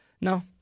no